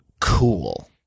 cool